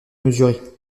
mesuré